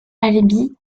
albi